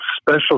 special